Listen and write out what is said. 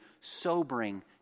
sobering